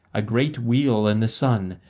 a great wheel in the sun,